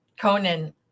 Conan